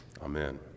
Amen